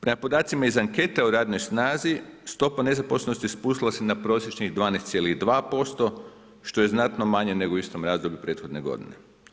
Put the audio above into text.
Prema podacima iz ankete u radnoj snazi, stopa nezaposlenosti spustila se na prosječnih 12,2% što je znatno manje nego u istom razdoblju prethodne godine.